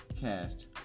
cast